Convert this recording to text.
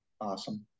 Awesome